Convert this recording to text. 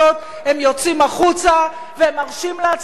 הם יוצאים החוצה והם מרשים לעצמם לעשות